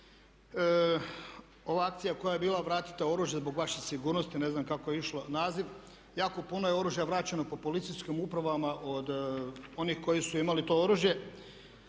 Ova akcija koja je bila „Vratite oružje zbog vaše sigurnosti“ ne znam kako je išao naziv. Jako puno je oružja vraćeno po policijskim upravama od onih koji su imali to oružje,